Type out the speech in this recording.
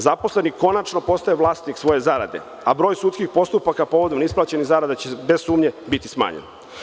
Zaposleni konačno postaje vlasnik svoje zarade, a broj sudskih postupaka povodom neisplaćenih zarada će, bez sumnje, biti smanjen.